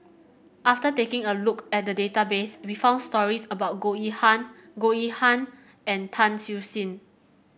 after taking a look at the database we found stories about Goh Yihan Goh Yihan and Tan Siew Sin